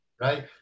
Right